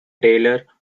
taylor